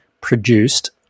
produced